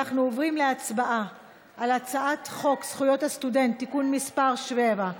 אנחנו עוברים להצבעה על הצעת חוק זכויות הסטודנט (תיקון מס' 7),